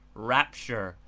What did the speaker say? rapture,